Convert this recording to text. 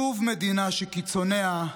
שוב מדינה שקיצוניה,